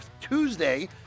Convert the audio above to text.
Tuesday